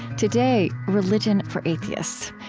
today, religion for atheists.